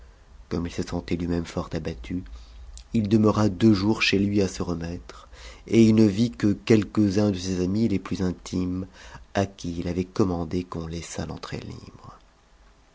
comme il se sentait lui-même fort ahattu il demeura deux jours chez lui à se remettre et il ne vit que ouetques uns de ses amis les plus intimes à qui il avait commandé qu'on laissât t'entrée libre